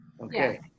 Okay